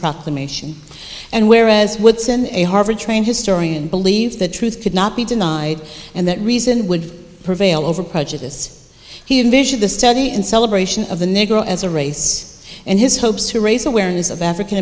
proclamation and whereas woodson a harvard trained historian believes the truth could not be denied and that reason would prevail over prejudice he envision the study and celebration of the negro as a race and his hopes to raise awareness of african